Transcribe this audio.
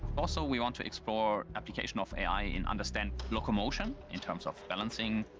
also we want to explore application of a i. in understanding locomotion in terms of balancing.